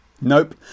Nope